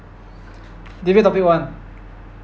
debate topic one